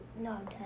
No